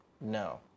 No